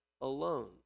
alone